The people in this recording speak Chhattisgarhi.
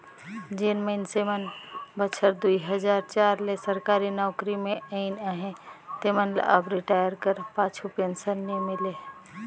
जेन मइनसे मन बछर दुई हजार चार ले सरकारी नउकरी में अइन अहें तेमन ल अब रिटायर कर पाछू पेंसन नी मिले